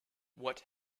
what